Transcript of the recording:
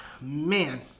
Man